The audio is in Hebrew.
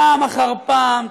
פעם אחר פעם,